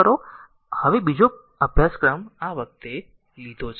હવે બીજો અભ્યાસક્રમ આ વખતે લીધો છે